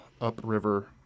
upriver